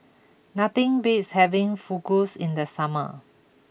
nothing beats having Fugus in the summer